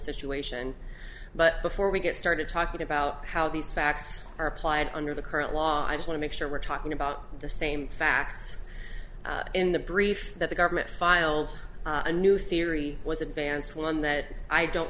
situation but before we get started talking about how these facts are applied under the current law i want to make sure we're talking about the same facts in the brief that the government filed a new theory was advanced one that i don't